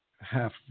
half